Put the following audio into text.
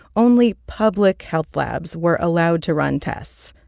only public health labs were allowed to run tests.